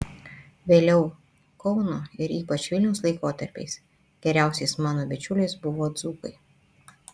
vėliau kauno ir ypač vilniaus laikotarpiais geriausiais mano bičiuliais buvo dzūkai